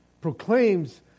proclaims